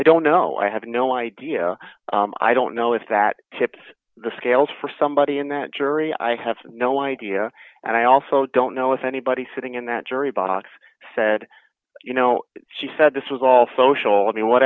don't know i have no idea i don't know if that tipped the scales for somebody in that jury i have no idea and i also don't know if anybody sitting in that jury box said you know she said this was all social i mean what